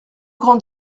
grandes